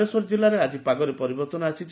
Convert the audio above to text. ବାଲେଶ୍ୱର କିଲ୍ଲାର ଆଜି ପାଗରେ ପରିବର୍ଭନ ଆସିଛି